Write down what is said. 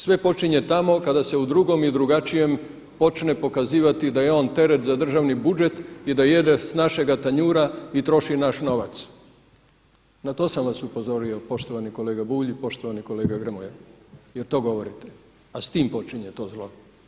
Sve počinje tamo kada se u drugom i u drugačijem počne pokazivati da je on teret za državni budžet i da jede sa našega tanjura i da troši naš novac, na to sam vam upozorio poštovani kolega Bulj i poštovani kolega Grmoja jer to govorite, a s tim počinje to zlo.